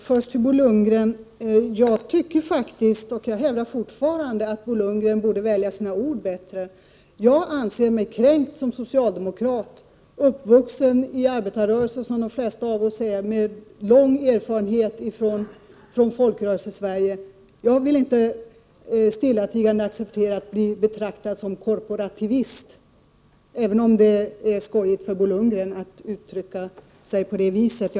Herr talman! Jag hävdar ännu en gång att Bo Lundgren bättre borde välja sina ord. I egenskap av socialdemokrat anser jag mig vara kränkt. Jag är uppvuxen inom arbetarrörelsen, som de flesta av oss, och jag har lång erfarenhet av Folkrörelsesverige. Jag kan därför inte stillatigande acceptera att jag betraktas som korporativist — det må vara att det är skojigt för Bo Lundgren att uttrycka sig på det viset.